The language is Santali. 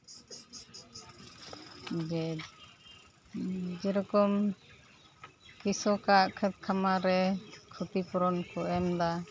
ᱡᱮᱨᱚᱠᱚᱢ ᱠᱨᱤᱥᱚᱠᱟᱜ ᱠᱷᱟᱢᱟᱨ ᱨᱮ ᱠᱷᱚᱛᱤ ᱯᱩᱨᱚᱱ ᱠᱚ ᱮᱢᱫᱟ